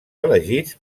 elegits